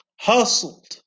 hustled